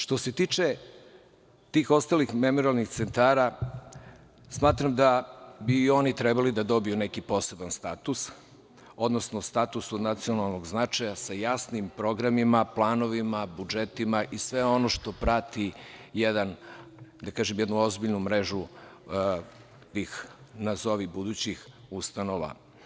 Što se tiče tih ostalih memorijalnih centara, smatram da bi i oni trebali da dobiju neki poseban status, odnosno status od nacionalnog značaja sa jasnim programima, planovima, budžetima i sve ono što prati jednu ozbiljnu mrežu tih nazovi budućih ustanova.